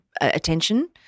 attention